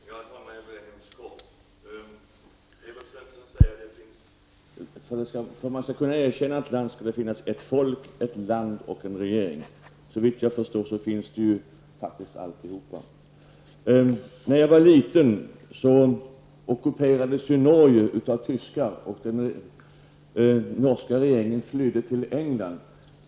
Herr talman! Jag skall fatta mig mycket kort. Evert Svensson säger att för att man skall kunna erkänna en stat skall det finnas ett folk, ett land och en regering. Såvitt jag förstår finns allt detta i det här fallet. När jag var liten ockuperades Norge av tyskar och den norska regeringen flyttade till England.